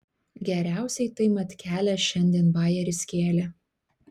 geriausiai tai matkelė šiandien bajerį skėlė